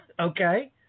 okay